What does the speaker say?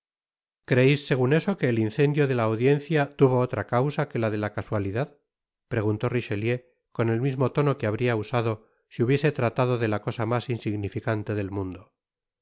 creeis segun eso que el incendio de la audiencia tuvo otra causa que la de la casualidad preguntó richelieu con el mismo tono que habria usado si hubiese tratado de la cosa mas insignificante del mundo yo